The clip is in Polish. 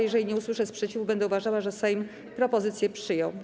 Jeżeli nie usłyszę sprzeciwu, będę uważała, że Sejm propozycję przyjął.